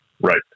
Right